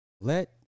let